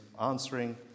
answering